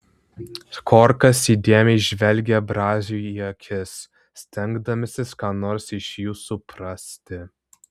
korkas įdėmiai žvelgė braziui į akis stengdamasis ką nors iš jų suprasti